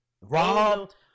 Robbed